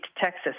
Texas